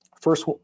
First